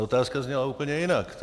Ta otázka zněla úplně jinak.